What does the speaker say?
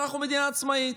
אנחנו מדינה עצמאית,